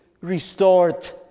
restored